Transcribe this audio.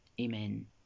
amen